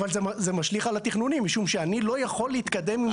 זה משליך על התכנונים משום שאני לא יכול להתקדם עם תוכנית.